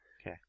Okay